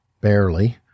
barely